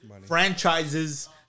franchises